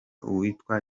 uwitwa